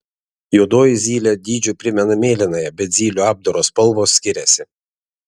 juodoji zylė dydžiu primena mėlynąją bet zylių apdaro spalvos skiriasi